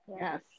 yes